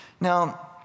Now